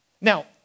Now